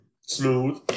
smooth